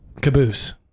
Caboose